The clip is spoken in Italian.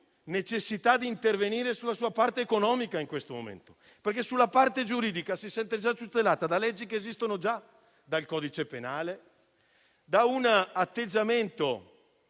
necessità di interventi sulla parte economica in questo momento, perché sulla parte giuridica si sente già tutelata da leggi già esistenti, dal codice penale, da un atteggiamento